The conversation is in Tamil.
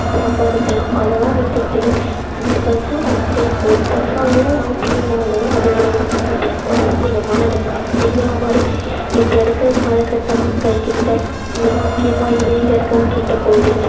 சம்பாதிக்கலாம் அதல்லாம் விட்டுவிட்டு அக்ரிகல்ச்சர் அப்படி ஒரு விவசாயம் அப்படின்னாலே அது ஒரு இது ஒரு அசிங்கமான வேலை அப்டிங்கிற மாதிரி இப்போ இருக்கிற காலகட்டம் மக்கள் கிட்டே மிக முக்கியமாக இளைஞர்கள் கிட்டே போய்டிச்சி